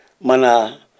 mana